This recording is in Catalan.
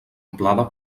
amplada